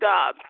God